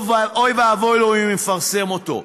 אוי ואבוי לו אם הוא יפרסם אותו.